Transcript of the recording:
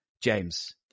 James